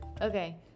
Okay